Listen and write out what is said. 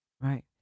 right